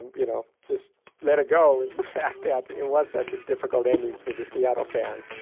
you know, just let it go is the fact that but it was such a difficult ending for the seattle fans